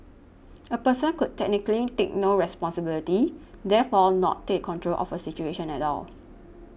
a person could technically take no responsibility therefore not take control of a situation at all